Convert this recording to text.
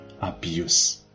abuse